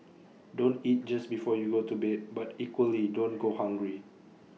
don't eat just before you go to bed but equally don't go hungry